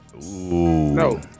No